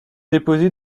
déposée